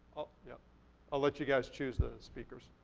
yeah let you guys choose the speakesr.